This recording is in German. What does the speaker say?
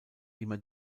immer